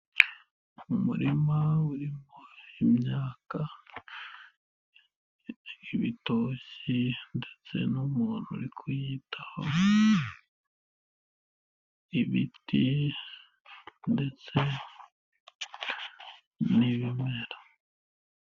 Ni umurima urimo imyaka ibitoki ndetse n'umuntu uri kuyitaho, ibiti ndetse n'ibimera.